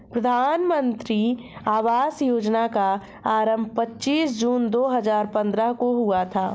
प्रधानमन्त्री आवास योजना का आरम्भ पच्चीस जून दो हजार पन्द्रह को हुआ था